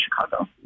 Chicago